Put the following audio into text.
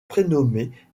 prénommée